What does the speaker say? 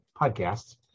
podcasts